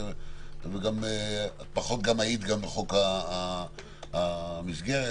וגם פחות היית בחוק המסגרת.